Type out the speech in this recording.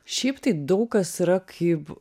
šiaip tai daug kas yra kaip